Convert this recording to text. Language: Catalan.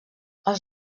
els